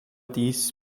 dies